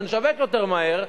כשנשווק יותר מהר,